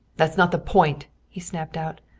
that's not the point! he snapped out.